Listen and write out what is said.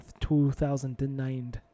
2009